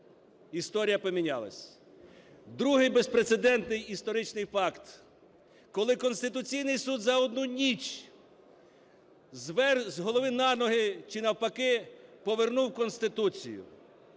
Історія помінялась. Другий безпрецедентний історичний факт, коли Конституційний Суд за одну ніч з голови на ноги чи навпаки повернув Конституцію,